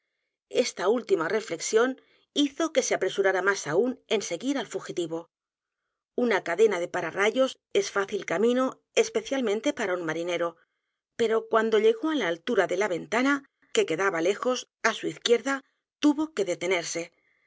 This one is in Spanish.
esta última reflexión hizo que se apresurara más aún en seguir al fugitivo una cadena de pararrayos es fácil camino especialmente para un marinero pero cuando llegó á la altura de la ventana que quedaba lejos á su izquierda tuvo que detenerse